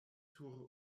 sur